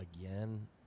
Again